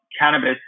cannabis